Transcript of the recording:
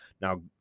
Now